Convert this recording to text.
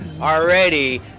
already